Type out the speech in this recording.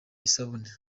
isabune